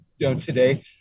today